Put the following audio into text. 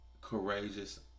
courageous